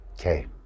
okay